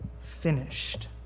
finished